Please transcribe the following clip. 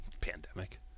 Pandemic